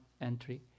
entry